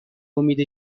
امید